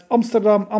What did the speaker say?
Amsterdam